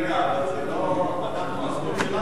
יש לנו זכות ראשונים.